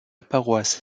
paroisse